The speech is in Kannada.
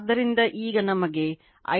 ಆದ್ದರಿಂದ ಈಗ ನಮಗೆ I2 N1 I2 N2 ತಿಳಿದಿದೆ